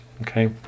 Okay